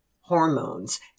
hormones